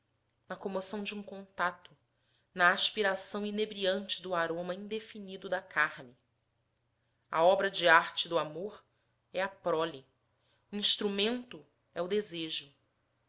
na comoção de um contato na aspiração inebriante do aroma indefinido da carne a obra darte do amor é a prole o instrumento é o desejo